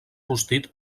rostit